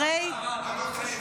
למה אחרי זה?